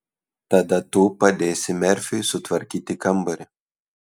tada tu padėsi merfiui sutvarkyti kambarį